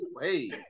hey